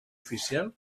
oficial